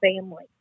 family